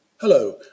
Hello